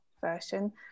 version